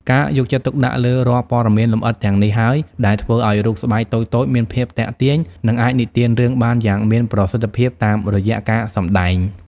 ការយកចិត្តទុកដាក់លើរាល់ព័ត៌មានលម្អិតទាំងនេះហើយ ដែលធ្វើឱ្យរូបស្បែកតូចៗមានភាពទាក់ទាញ និងអាចនិទានរឿងបានយ៉ាងមានប្រសិទ្ធភាពតាមរយៈការសម្ដែង។